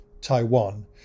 Taiwan